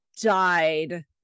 died